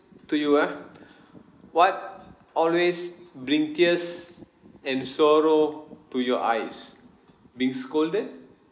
to you ah what always bring tears and sorrow to your eyes being scolded